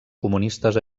comunistes